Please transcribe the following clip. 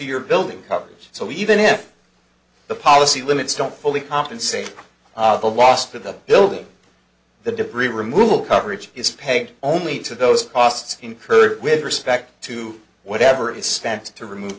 your building coverage so even if the policy limits don't fully compensate the lost of the building the debris removal coverage is paid only to those costs incurred with respect to whatever is steps to remove